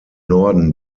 norden